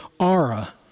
Ara